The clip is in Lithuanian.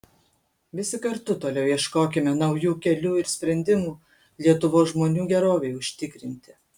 visi kartu toliau ieškokime naujų kelių ir sprendimų lietuvos žmonių gerovei užtikrinti